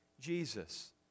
Jesus